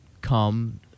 come